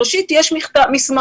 ראשית, יש מסמך.